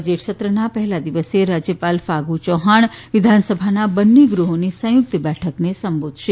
budget સત્રના પહેલા દિવસે રાજ્યપાલ ફાગુ ચૌહાણ વિધાનસભાના બંને ગૃહોની સંયુક્ત બેઠકને સંબોધશે